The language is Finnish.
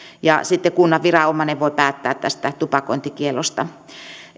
ja sitten kunnan viranomainen voi päättää tästä tupakointikiellosta